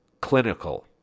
clinical